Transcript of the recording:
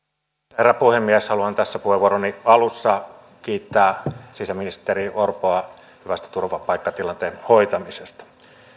herra puhemies haluan tässä puheenvuoroni alussa kiittää sisäministeri orpoa hyvästä turvapaikkatilanteen hoitamisesta